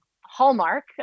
Hallmark